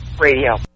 radio